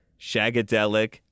shagadelic